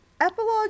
epilogue